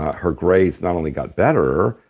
her grades not only got better,